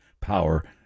power